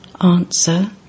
Answer